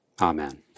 Amen